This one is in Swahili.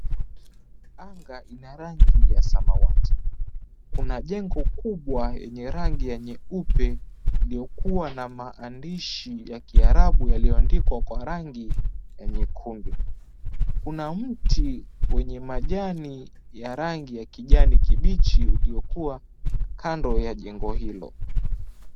Anga inarangi ya samawati, kuna jengo kubwa nyeupe iliokuwa na maandishi ya kiarabu yaliyoandikwa kwa rangi ya nyekundu, kuna mti yenye majani ya rangi ya kijani kibichi iliokuwa kando ya jengo hilo.